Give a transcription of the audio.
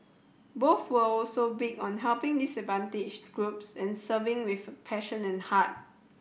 both were also big on helping disadvantaged groups and serving with passion and heart